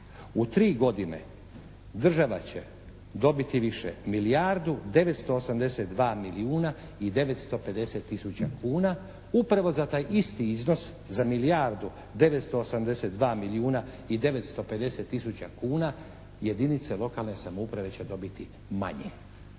U tri godine država će dobiti više milijardu 982 milijuna i 950 tisuća kuna upravo za taj isti iznos za milijardu 982 milijuna i 950 tisuća kuna jedinice lokalne samouprave će dobiti manje.